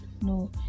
No